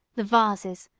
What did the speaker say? the vases,